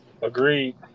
Agreed